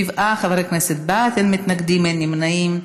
שבעה חברי כנסת בעד, אין מתנגדים, אין נמנעים.